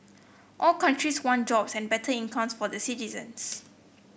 all countries want jobs and better incomes for the citizens